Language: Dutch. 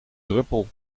druppel